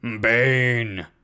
Bane